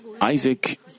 Isaac